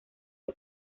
que